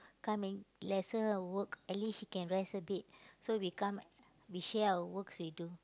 come and lessen the work at least she can rest a bit so we come we share our works we do